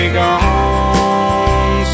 gone